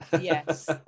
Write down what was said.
Yes